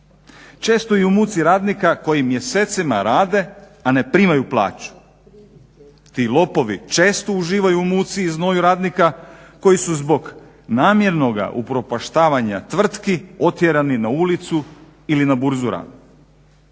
Često i u muci radnika koji mjesecima rade, a ne primaju plaću. Ti lopovi često uživaju u muci i znoju radnika koji su zbog namjernoga upropaštavanja tvrtki otjerani na ulicu ili na burzu rada.